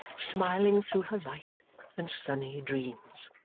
smiling through her light and sunny dreams.